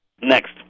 Next